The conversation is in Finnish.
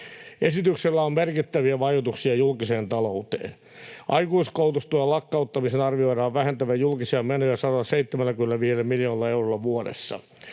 Esityksellä on merkittäviä vaikutuksia julkiseen talouteen. Aikuiskoulutustuen lakkauttamisen arvioidaan vähentävän julkisia menoja 175 miljoonalla eurolla vuodessa.